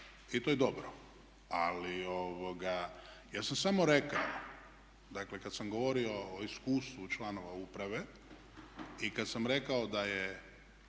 i to je dobro, ali ja sam samo rekao, dakle kad sam govorio o iskustvu članova uprave i kad sam rekao da je